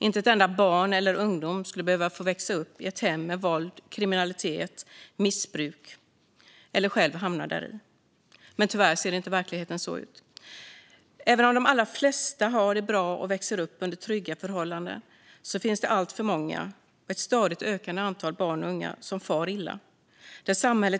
Inte ett enda barn och inte en enda ungdom skulle behöva växa upp i ett hem med våld, kriminalitet eller missbruk eller själv hamna däri. Men tyvärr ser inte verkligheten så ut. Även om de allra flesta har det bra och växer upp under trygga förhållanden finns det alltför många barn och unga som far illa, och antalet är stadigt ökande.